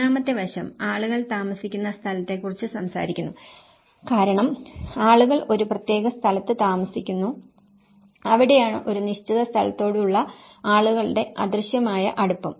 മൂന്നാമത്തെ വശം ആളുകൾ താമസിക്കുന്ന സ്ഥലത്തെക്കുറിച്ച് സംസാരിക്കുന്നു കാരണം ആളുകൾ ഒരു പ്രത്യേക സ്ഥലത്ത് താമസിക്കുന്നു അവിടെയാണ് ഒരു നിശ്ചിത സ്ഥലത്തോടുള്ള ആളുകളുടെ അദൃശ്യമായ അടുപ്പം